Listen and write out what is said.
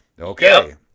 Okay